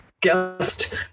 guest